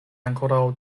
ankoraŭ